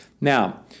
Now